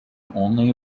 only